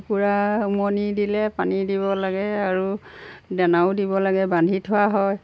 কুকুৰা উমনি দিলে পানী দিব লাগে আৰু দানাও দিব লাগে বান্ধি থোৱা হয়